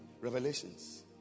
Revelations